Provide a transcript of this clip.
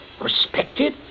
respected